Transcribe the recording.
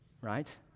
right